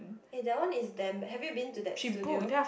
eh that one is damn have you been to that studio